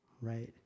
right